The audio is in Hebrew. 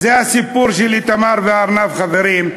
זה הסיפור של איתמר והארנב, חברים.